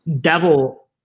Devil